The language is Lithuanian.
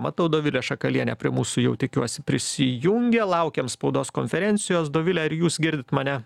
matau dovilė šakalienė prie mūsų jau tikiuosi prisijungė laukėm spaudos konferencijos dovile ar jūs girdit mane